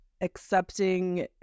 accepting